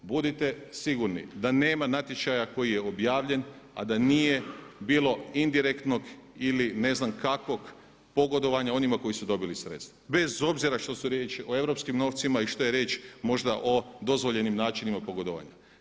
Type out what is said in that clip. Budite sigurni da nema natječaja koji je objavljen a da nije bilo indirektnog ili ne znam kakvog pogodovanja onima koji su dobili sredstva, bez obzira što je riječ o europskim novcima i što je riječ možda o dozvoljenim načinima pogodovanja.